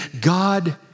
God